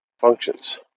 functions